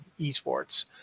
eSports